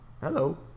Hello